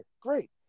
Great